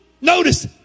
notice